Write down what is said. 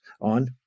on